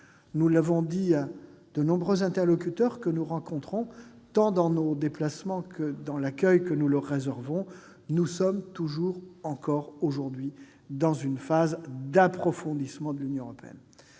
Nous l'avons dit à de nombreux interlocuteurs que nous rencontrons, tant dans nos déplacements que lorsque nous les accueillons : nous nous situons toujours dans une phase d'approfondissement de l'Union européenne.